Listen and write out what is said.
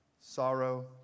Sorrow